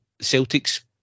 Celtic's